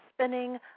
spinning